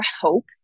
hope